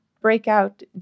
breakout